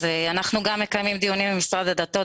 אנחנו גם מקיימים דיונים עם משרד הדתות